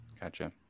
gotcha